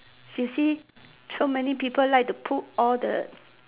see see so many people like to put all the